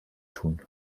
tun